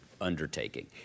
undertaking